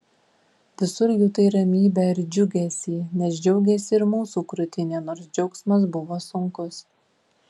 visur jutai ramybę ir džiugesį nes džiaugėsi ir mūsų krūtinė nors džiaugsmas buvo sunkus